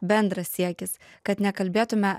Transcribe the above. bendras siekis kad nekalbėtume